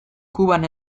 kuban